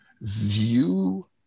view